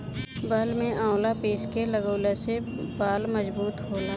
बाल में आवंला पीस के लगवला से बाल मजबूत होला